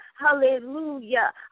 hallelujah